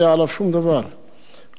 אז התשובה היא בדיוק בגלל זה: